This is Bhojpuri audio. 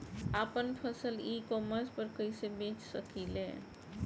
आपन फसल ई कॉमर्स पर कईसे बेच सकिले?